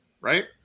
right